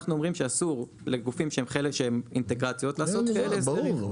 אנחנו אומרים שאסור לגופים שהם אינטגרציות לעשות כאלה הסדרים.